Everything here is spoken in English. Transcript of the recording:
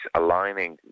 aligning